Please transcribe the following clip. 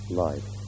life